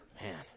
Man